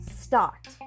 start